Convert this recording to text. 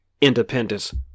independence